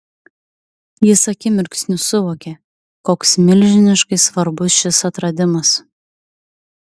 jis akimirksniu suvokė koks milžiniškai svarbus šis atradimas